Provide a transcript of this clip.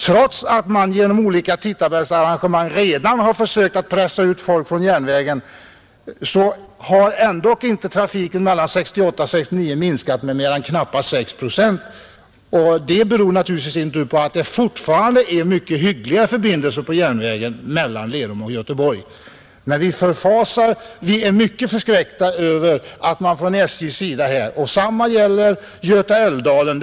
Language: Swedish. Trots att man genom olika tidtabellsarrangemang redan försökt pressa ut folk från järnvägen minskade järnvägstrafiken mellan 1968 och 1969 inte med mer än knappa 6 procent. Det beror naturligtvis i sin tur på att det fortfarande är mycket hyggliga förbindelser på järnvägen mellan Lerum och Göteborg. Men vi är mycket förskräckta över SJ:s resonemang. Samma sak gäller Götaälvdalen.